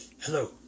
Hello